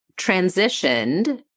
transitioned